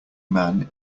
man